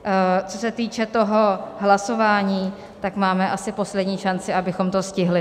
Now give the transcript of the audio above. Co se týče toho hlasování, tak máme asi poslední šanci, abychom to stihli.